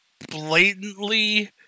Blatantly